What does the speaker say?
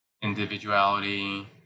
individuality